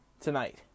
tonight